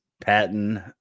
Patton